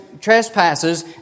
trespasses